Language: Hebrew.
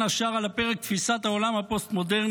הפרק בין השאר תפיסת העולם הפוסט-מודרנית,